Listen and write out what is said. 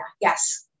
Yes